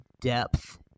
depth